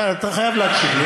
אתה חייב להקשיב לי.